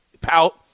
pout